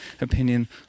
opinion